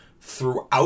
throughout